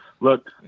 Look